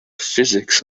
physics